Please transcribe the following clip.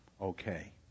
Okay